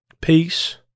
peace